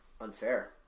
Unfair